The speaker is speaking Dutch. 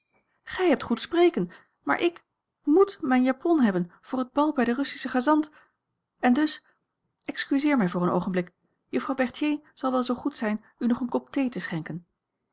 gij hebt goed spreken maar ik moet mijne japon hebben voor het bal bij den russischen gezant en dus excuseer mij voor een oogenblik juffrouw berthier zal wel zoo goed zijn u nog een kop thee te schenken